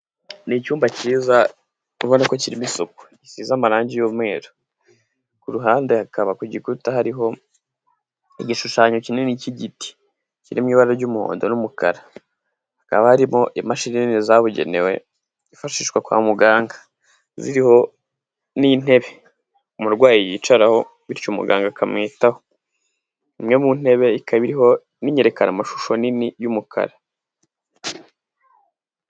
Ni icyumba cyiza, ubona ko kirimo isuku, gisize amarangi y'umweru. Ku ruhande hakaba ku gikuta hariho igishushanyo kinini cy'igiti, kiri mu ibara ry'umuhondo n'umukara. Hakaba harimo imashini nini zabugenewe, zifashishwa kwa muganga. Ziriho n'intebe, umurwayi yicaraho bityo umuganga akamwitaho. Imwe mu ntebe ikaba iriho n'inyerekanamashusho nini y'umukara.